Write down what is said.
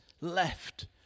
left